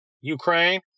Ukraine